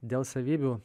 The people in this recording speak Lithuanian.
dėl savybių